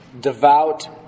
devout